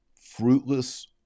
Fruitless